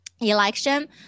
election